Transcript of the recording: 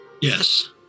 Yes